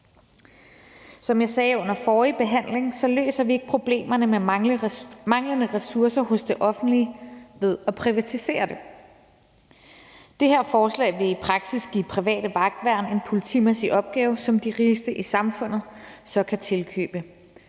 Som jeg sagde under den forrige behandling, løser vi ikke problemerne med manglende ressourcer hos det offentlige ved at privatisere det. Det her forslag vil i praksis give private vagtværn en politimæssig opgave, som de rigeste i samfundet så kan tilkøbe.